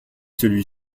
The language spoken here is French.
celui